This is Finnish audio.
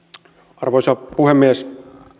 arvoisa puhemies